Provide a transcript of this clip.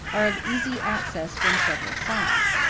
are of easy access from several sides.